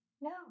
No